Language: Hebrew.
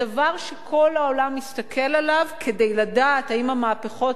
הדבר שכל העולם מסתכל עליו כדי לדעת אם המהפכות